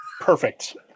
Perfect